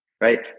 Right